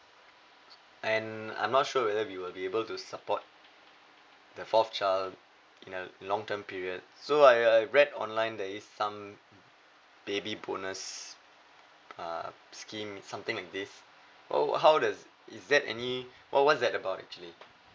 and I'm not sure whether we will be able to support the fourth child in a long term period so I uh I read online there is some baby bonus uh scheme something like this oh how does is that any or what's that about actually